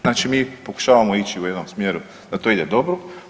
Znači mi pokušavamo ići u jednom smjeru da to ide dobro.